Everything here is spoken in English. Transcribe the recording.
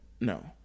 No